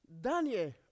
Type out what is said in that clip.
Daniel